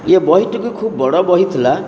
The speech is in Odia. ଇଏ ବହିଟି ବି ଖୁବ ବଡ଼ ବହି ଥିଲା